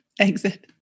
Exit